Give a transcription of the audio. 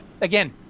again